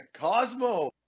Cosmo